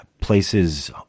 places